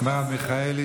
מרב מיכאלי.